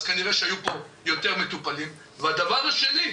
כנראה שהיו פה יותר מטופלים והדבר השני,